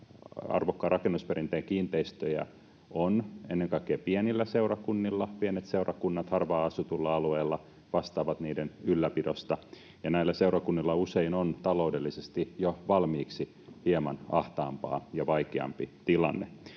arvokkaan rakennusperinteen kiinteistöjä on ennen kaikkea pienillä seurakunnilla. Pienet seurakunnat harvaan asutuilla alueilla vastaavat niiden ylläpidosta, ja näillä seurakunnilla usein on taloudellisesti jo valmiiksi hieman ahtaampaa ja vaikeampi tilanne.